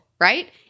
right